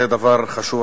דבר חשוב.